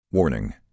Warning